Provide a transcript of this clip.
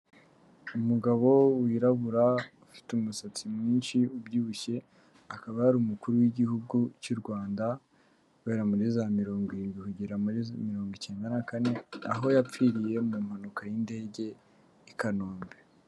Umugabo wirabura ufite umusatsi mwinshi ubyibushye, akaba yari umukuru w'Igihugu cy'u Rwanda, guhera muri za mirongo irindwi kugera muri mirongo icyenda na kane, aho yapfiriye mu mpanuka y'indege i Kanombe.